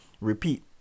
repeat